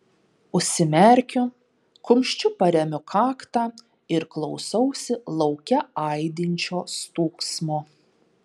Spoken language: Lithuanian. užsimerkiu kumščiu paremiu kaktą ir klausausi lauke aidinčio stūgsmo